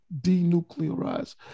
denuclearize